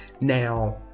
Now